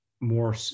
more